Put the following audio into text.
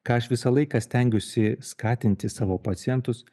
ką aš visą laiką stengiuosi skatinti savo pacientus